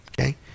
okay